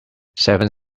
seven